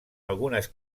algunes